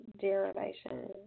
derivation